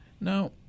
Now